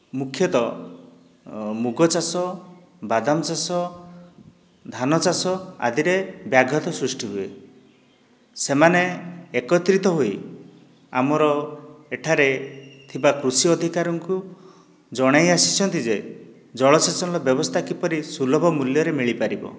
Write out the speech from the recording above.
ମୁଖ୍ୟତଃ ମୁଗ ଚାଷ ବାଦାମ ଚାଷ ଧାନ ଚାଷ ଆଦିରେ ବ୍ୟାଘାତ ସୃଷ୍ଟି ହୁଏ ସେମାନେ ଏକତ୍ରିତ ହୋଇ ଆମର ଏଠାରେ ଥିବା କୃଷି ଅଧିକାରୀଙ୍କୁ ଜଣାଇ ଆସିଛନ୍ତି ଯେ ଜଳସେଚନର ବ୍ୟବସ୍ଥା କିପରି ସୁଲଭ ମୂଲ୍ୟରେ ମିଳି ପାରିବ